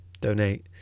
donate